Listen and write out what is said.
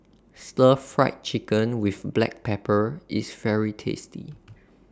Stir Fried Chicken with Black Pepper IS very tasty